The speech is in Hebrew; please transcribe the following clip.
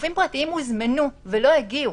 גופים פרטיים הוזמנו ולא הגיעו.